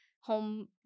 home